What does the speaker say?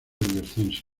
descenso